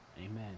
Amen